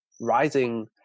rising